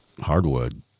hardwood